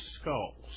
skulls